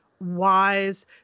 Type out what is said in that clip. wise